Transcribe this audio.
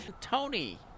Tony